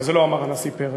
אבל את זה לא אמר הנשיא פרס.